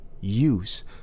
use